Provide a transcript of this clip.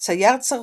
צייר צרפתי,